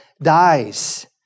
dies